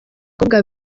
abakobwa